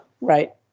right